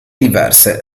diverse